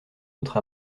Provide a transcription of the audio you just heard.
autre